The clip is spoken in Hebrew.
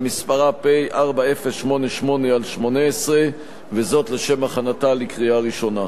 שמספרה פ/4088/18, לשם הכנתה לקריאה ראשונה.